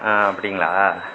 ஆ அப்படிங்களா